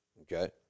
okay